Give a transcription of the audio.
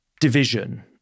division